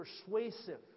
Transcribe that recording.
persuasive